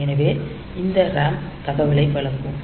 எனவே இந்த RAM தகவலை வழங்கும்